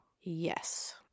Yes